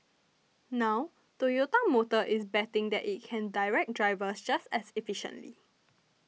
now Toyota Motor is betting that it can direct drivers just as efficiently